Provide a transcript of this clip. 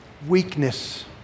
Weakness